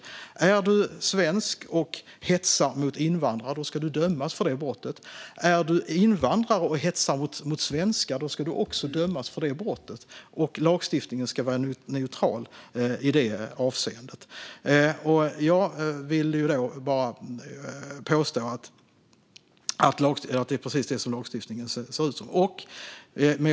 Om man är svensk och hetsar mot invandrare ska man dömas för det brottet. Om man är invandrare och hetsar mot svenskar ska man också dömas för det brottet. Lagstiftningen ska vara neutral i detta avseende, och jag hävdar att lagstiftningen är det.